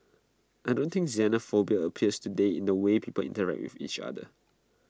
I don't think xenophobia appears today in the way people interact with each other